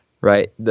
right